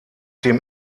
dem